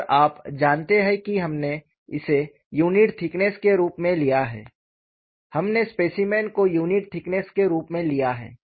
और आप जानते हैं कि हमने इसे यूनिट थिकनेस के रूप में लिया है हमने स्पेसिमेन को यूनिट थिकनेस के रूप में लिया है